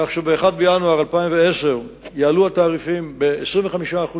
כך שב-1 בינואר 2010 יעלו התעריפים ב-25%;